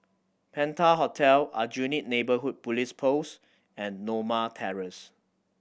Penta Hotel Aljunied Neighbourhood Police Post and Norma Terrace